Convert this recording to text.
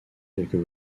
quelques